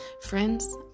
Friends